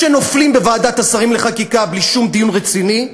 נופלים בוועדת השרים לחקיקה בלי שום דיון רציני,